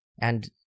And-